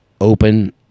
open